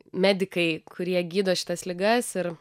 medikai kurie gydo šitas ligas ir